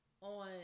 on